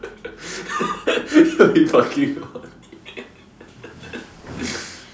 that'll be fucking funny